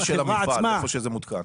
זה של המפעל, איפה שזה מותקן.